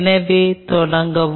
எனவே தொடங்கவும்